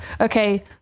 okay